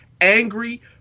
angry